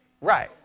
Right